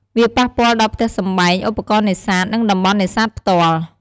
វាប៉ះពាល់ដល់ផ្ទះសម្បែង ឧបករណ៍នេសាទ និងតំបន់នេសាទផ្ទាល់។